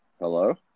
hello